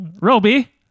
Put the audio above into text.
roby